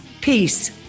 Peace